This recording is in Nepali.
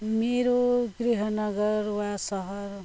मेरो गृहनगर वा सहर